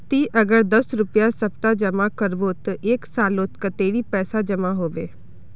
ती अगर दस रुपया सप्ताह जमा करबो ते एक सालोत कतेरी पैसा जमा होबे बे?